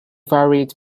varied